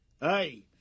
Hey